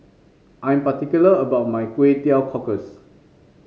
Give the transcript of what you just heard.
I'm particular about my Kway Teow Cockles